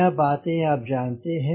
यह बातें आप जानते हैं